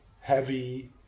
heavy